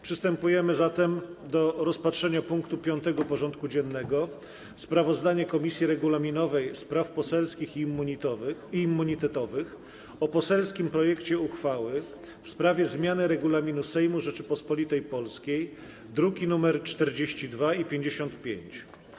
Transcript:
Przystępujemy do rozpatrzenia punktu 5. porządku dziennego: Sprawozdanie Komisji Regulaminowej, Spraw Poselskich i Immunitetowych o poselskim projekcie uchwały w sprawie zmiany Regulaminu Sejmu Rzeczypospolitej Polskiej (druki nr 42 i 55)